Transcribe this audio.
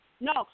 No